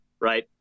right